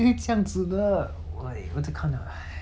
so like my family a bit a bit a bit screwed up lah like from